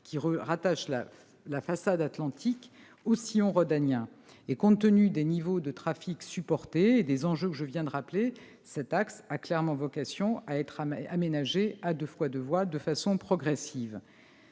rattache la façade atlantique au sillon rhodanien. Compte tenu des niveaux de trafic supportés et des enjeux que je viens de rappeler, cet axe a clairement vocation à être progressivement aménagé en deux fois deux voies. Cet aménagement